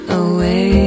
away